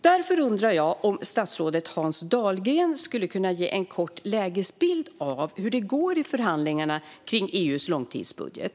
Därför undrar jag om statsrådet Hans Dahlgren skulle kunna ge en kort lägesbild av hur det går i förhandlingarna om EU:s långtidsbudget.